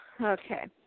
Okay